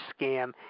Scam